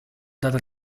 data